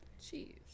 Jeez